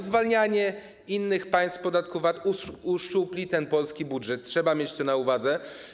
Zwalnianie innych państw z podatku VAT uszczupli polski budżet, trzeba mieć to na uwadze.